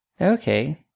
Okay